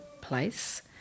place